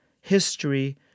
history